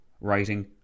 writing